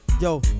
yo